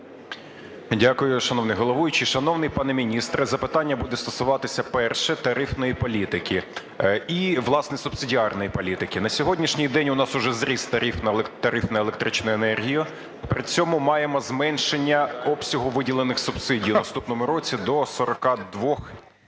Дякую, шановний головуючий. Шановний пане міністре, запитання буде стосуватися, перше, тарифної політики і власне субсидіарної політики. На сьогоденній день у нас уже зріс тариф на електричну енергію, при цьому маємо зменшення обсягу виділених субсидій у наступному році до 42